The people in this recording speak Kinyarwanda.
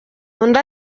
undi